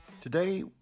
Today